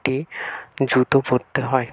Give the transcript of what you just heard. একটি জুতো পরতে হয়